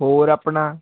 ਹੋਰ ਆਪਣਾ